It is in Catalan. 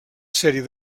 sèrie